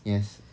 yes